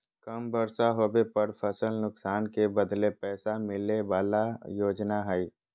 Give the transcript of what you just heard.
कम बर्षा होबे पर फसल नुकसान के बदले पैसा मिले बला योजना हइ